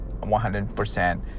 100%